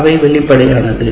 அவை வெளிப்படையானது